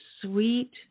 sweet